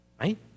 Right